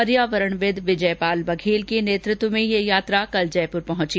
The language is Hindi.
पर्यावरणविद विजयपाल बघेल के नेतृत्व में यह यात्रा कल जयपुर पहुंची